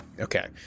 okay